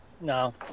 No